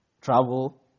travel